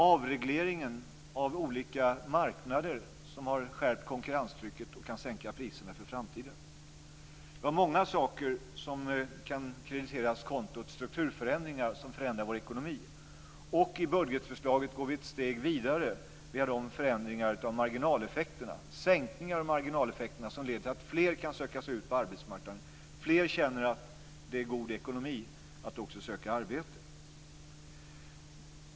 Avregleringen av olika marknader har skärpt konkurrenstrycket och kan sänka priserna för framtiden. Det är många saker som kan krediteras kontot Strukturförändringar som förändrar vår ekonomi, och i budgetförslaget går vi ett steg vidare med sänkningar av marginaleffekterna som leder till att fler kan söka sig ut på arbetsmarknaden, att fler känner att det är god ekonomi att också söka arbete.